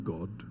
God